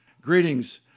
Greetings